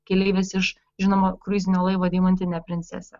keleivis iš žinoma kruizinio laivo deimantinė princesė